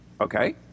Okay